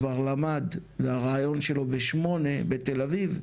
כבר למד והריאיון שלו בשמונה בתל אביב,